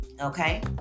okay